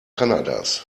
kanadas